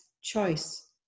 choice